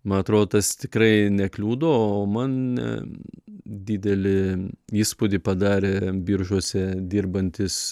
ma atrodo tas tikrai nekliudo o man didelį įspūdį padarė biržuose dirbantys